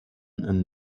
and